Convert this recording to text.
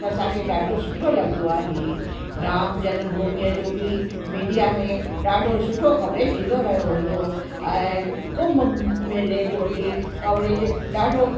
त असांखे ॾाढो सुठो लॻंदो आहे राम जनम भूमि जो बि मीडिया में ॾाढो सुठो कवरेज ईंदो रहियो हुओ ऐं कुंभ मेले जो बि कवरेज ॾाढो